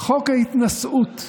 חוק ההתנשאות.